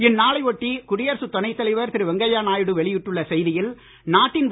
இந்நாளையொட்டி குடியரசு துணை தலைவர் வெங்கையா நாயுடு வெளியிட்டுள்ள செய்தியில் நாட்டின் திரு